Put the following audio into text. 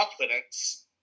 confidence